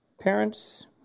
Parents